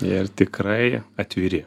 ir tikrai atviri